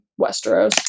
Westeros